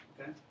okay